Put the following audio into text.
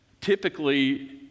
typically